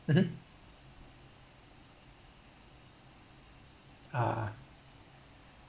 mmhmm uh